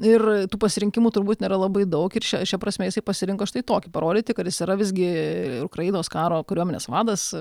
ir tų pasirinkimų turbūt nėra labai daug ir šia šia prasme jisai pasirinko štai tokį parodyti kad jis yra visgi ukrainos karo kariuomenės vadas